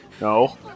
No